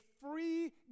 free